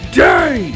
day